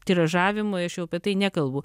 tiražavimui aš jau apie tai nekalbu